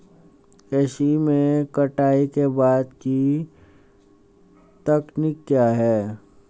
कृषि में कटाई के बाद की तकनीक क्या है?